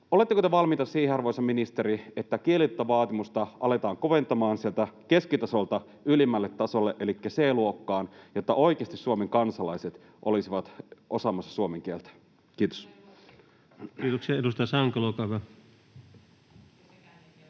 oletteko te valmiita siihen, arvoisa ministeri, että kielitaitovaatimusta aletaan koventamaan sieltä keskitasolta ylimmälle tasolle elikkä C-luokkaan, jotta oikeasti Suomen kansalaiset osaisivat suomen kieltä? [Keskeltä: Tai ruotsin!] — Kiitos.